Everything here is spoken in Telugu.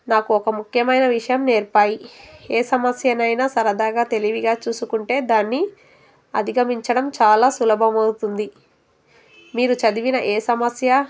నాకు ఒక ముఖ్యమైన విషయం నేర్పాయి ఏ సమస్యనైనా సరదాగా తెలివిగా చూసుకుంటే దాన్ని అధిగమించడం చాలా సులభమవుతుంది మీరు చదివిన ఏ సమస్య